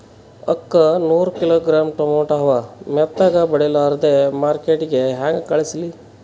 ಅಕ್ಕಾ ನೂರ kilogram tomato ಅವ, ಮೆತ್ತಗಬಡಿಲಾರ್ದೆ ಮಾರ್ಕಿಟಗೆ ಹೆಂಗ ಕಳಸಲಿ?